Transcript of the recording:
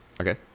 Okay